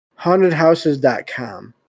hauntedhouses.com